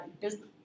business